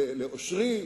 לאושרי,